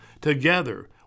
Together